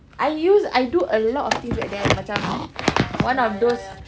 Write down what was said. I use I do a lot of things back then macam one of those